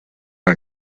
our